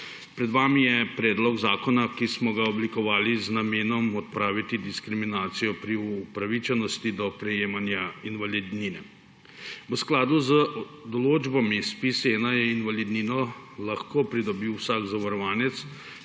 Pred vami je predlog zakona, ki smo ga oblikovali z namenom odpraviti diskriminacijo pri upravičenosti do prejemanja invalidnine. V skladu z določbami iz ZPIZ-1 je invalidnino lahko pridobi vsak zavarovanec,